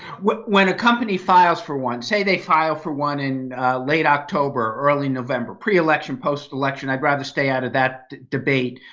when when a company files for one say they file for one in late october, early november, pre-election, post-election. i'd rather stay out of that debate.